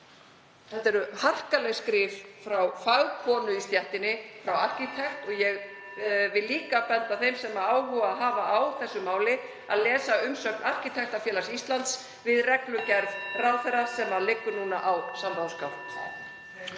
Þetta eru harkaleg skrif frá fagkonu í stéttinni, frá arkitekt. (Forseti hringir.) Ég vil líka benda þeim sem áhuga hafa á þessu máli að lesa umsögn Arkitektafélags Íslands við reglugerð ráðherra sem liggur núna á samráðsgátt.